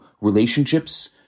relationships